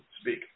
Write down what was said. speak